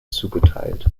zugeteilt